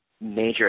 major